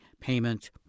payment